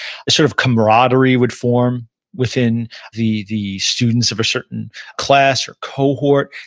sort of camaraderie would form within the the students of a certain class or cohort,